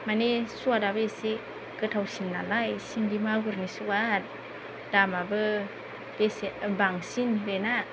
माने सुवादाबो इसे गोथावसिन नालाय सिंगि मागुरनि सुवाद दामाबो एसे बांसिन बेना